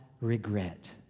regret